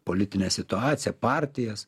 politinę situaciją partijas